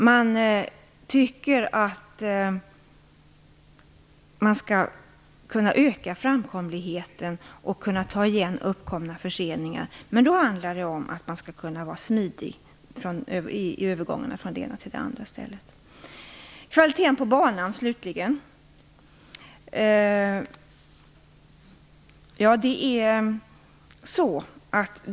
Man tycker att framkomligheten skall kunna öka och att uppkomna förseningar skall kunna tas igen. Men då handlar det om att kunna vara smidig vid övergångarna från det ena stället till det andra. Slutligen några ord om kvaliteten på banan.